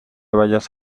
vayas